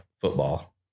football